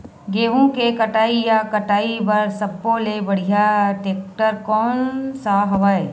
गेहूं के कटाई या कटाई बर सब्बो ले बढ़िया टेक्टर कोन सा हवय?